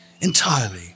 entirely